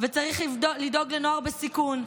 וצריך לדאוג לנוער בסיכון,